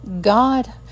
God